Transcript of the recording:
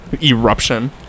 Eruption